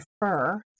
prefer